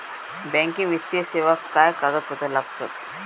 Banking वित्तीय सेवाक काय कागदपत्र लागतत?